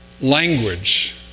language